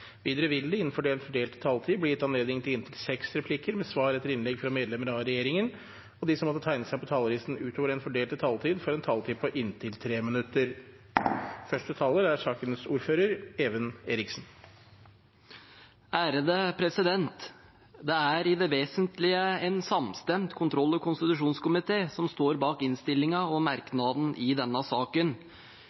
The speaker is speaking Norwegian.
Videre vil det – innenfor den fordelte taletid – bli gitt anledning til inntil seks replikker med svar etter innlegg fra medlemmer av regjeringen. De som måtte tegne seg utover den fordelte taletid, får en taletid på inntil 3 minutter. Det er i det vesentlige en samstemt kontroll- og konstitusjonskomité som står bak innstillingen og merknadene i denne saken.